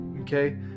okay